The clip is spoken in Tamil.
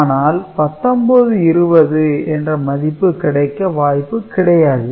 ஆனால் 19 20 என்ற மதிப்பு கிடைக்க வாய்ப்பு கிடையாது